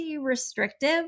restrictive